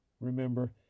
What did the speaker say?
remember